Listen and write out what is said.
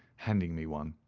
handing me one.